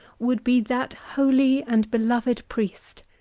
would be that holy and beloved priest!